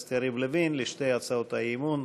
הכנסת יריב לוין על שתי הצעות האי-אמון,